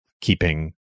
keeping